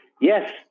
yes